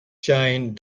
jane